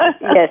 Yes